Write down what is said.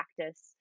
practice